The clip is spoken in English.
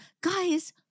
Guys